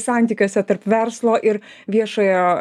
santykiuose tarp verslo ir viešojo